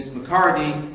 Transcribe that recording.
mccartney,